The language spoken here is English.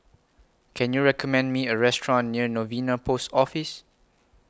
Can YOU recommend Me A Restaurant near Novena Post Office